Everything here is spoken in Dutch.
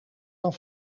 dan